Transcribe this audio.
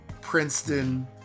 Princeton